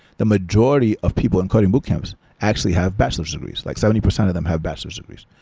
the majority of people in coding boot camps actually have bachelor s degrees. like seventy percent of them have bachelor s degrees.